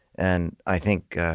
and i think